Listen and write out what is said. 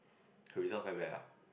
her result quite bad lah